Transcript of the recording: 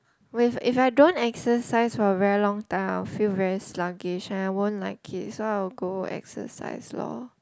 when if I don't exercise for a very long time I'll feel very sluggish and I won't like it so I'll go exercise lor